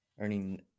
earning